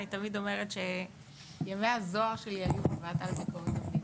אני תמיד אומרת שימי הזוהר שלי היו בוועדה לביקורת המדינה.